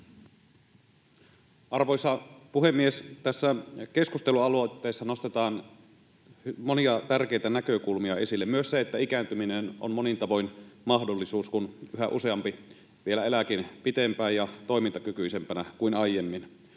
Arvoisa puhemies! Tässä keskustelualoitteessa nostetaan monia tärkeitä näkökulmia esille — myös se, että ikääntyminen on monin tavoin mahdollisuus, kun yhä useampi vielä elääkin pitempään ja toimintakykyisempänä kuin aiemmin.